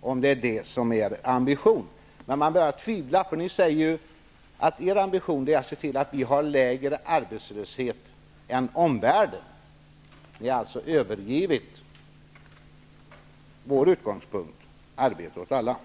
om det är er ambition. Man börjar tvivla på det. Nu säger ni att er ambition är att se till att det blir lägre arbetslöshet än i omvärlden. Ni har alltså övergivit vår utgångspunkt, arbete åt alla.